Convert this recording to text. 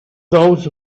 those